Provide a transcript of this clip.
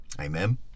Amen